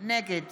נגד